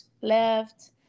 left